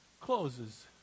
closes